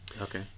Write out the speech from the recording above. Okay